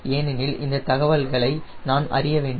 ஏனெனில் அந்த தகவல்களை நான் அறிய வேண்டும்